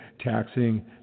taxing